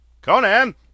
Conan